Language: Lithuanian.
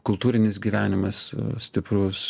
kultūrinis gyvenimas stiprus